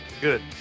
Good